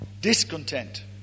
discontent